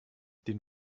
den